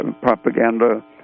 propaganda